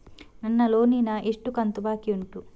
ನನ್ನ ಲೋನಿನ ಎಷ್ಟು ಕಂತು ಬಾಕಿ ಉಂಟು?